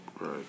Right